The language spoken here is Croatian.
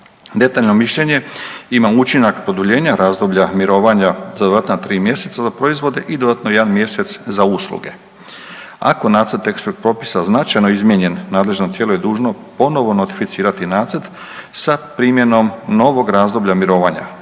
Detaljno mišljenje ima učinak produljenja razdoblja mirovanja za dodatna 3 mjeseca za proizvode i dodatno 1 mjesec za usluge. Ako nacrt tehničkog propisa značajno izmijenjen, nadležno tijelo je dužno ponovo notificirati nacrt sa primjenom novog razdoblja mirovanja.